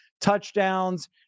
touchdowns